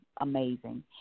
amazing